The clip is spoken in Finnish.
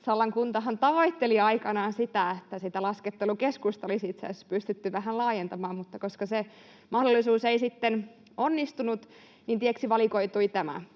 Sallan kuntahan tavoitteli aikanaan sitä, että sitä laskettelukeskusta olisi itse asiassa pystytty vähän laajentamaan, mutta koska se mahdollisuus ei sitten onnistunut, niin tieksi valikoitui tämä.